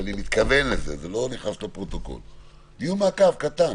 ואני מתכוון לזה אני אעשה דיון מעקב קצר,